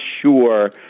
sure